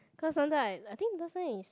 cause sometime I I think last time is